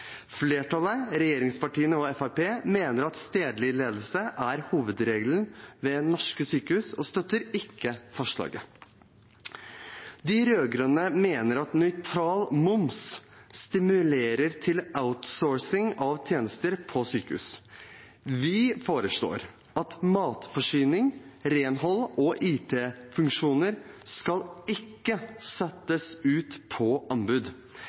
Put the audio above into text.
Flertallet – regjeringspartiene og Fremskrittspartiet – mener at stedlig ledelse er hovedregelen ved norske sykehus, og støtter ikke forslaget. De rød-grønne mener at nøytral moms stimulerer til outsourcing av tjenester på sykehus. Vi foreslår at matforsyning, renhold og IT-funksjoner ikke skal settes ut på anbud.